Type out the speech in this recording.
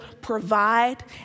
provide